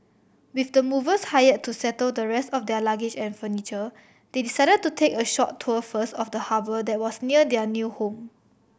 with the movers hire to settle the rest of their luggage and furniture they decided to take a short tour first of the harbour that was near their new home